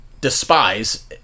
despise